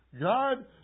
God